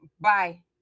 Bye